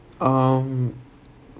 um